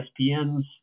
ESPN's